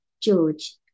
George